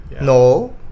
No